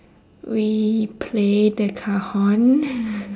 we play the cajon